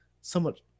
somewhat